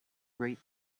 rate